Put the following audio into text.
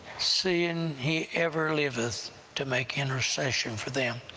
seeing he ever liveth to make intercession for them.